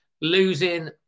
Losing